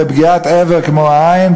ובפגיעת אבר כמו העין,